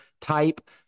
type